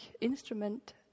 instrument